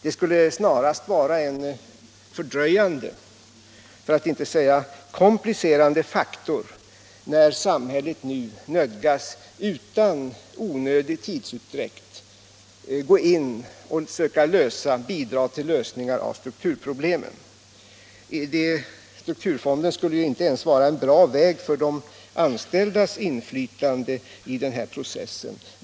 Den skulle snarast vara en fördröjande, för att inte säga komplicerande, faktor när samhället nu utan onödig tidsutdräkt nödgas gå in och söka bidra till lösningar av strukturproblemen. Strukturfonden skulle inte ens vara någon bra väg för de anställdas inflytande i den här processen.